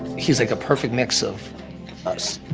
he's like a perfect mix of us